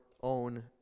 own